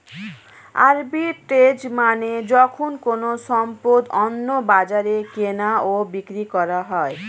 arbitrage মানে যখন কোনো সম্পদ অন্য বাজারে কেনা ও বিক্রি করা হয়